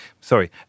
Sorry